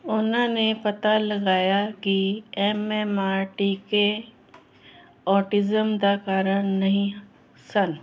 ਉਹਨਾਂ ਨੇ ਪਤਾ ਲਗਾਇਆ ਕਿ ਐੱਮ ਐੱਮ ਆਰ ਟੀਕੇ ਔਟਿਜ਼ਮ ਦਾ ਕਾਰਨ ਨਹੀਂ ਸਨ